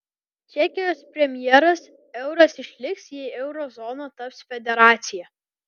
čekijos premjeras euras išliks jei euro zona taps federacija